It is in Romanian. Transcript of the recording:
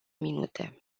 minute